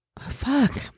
fuck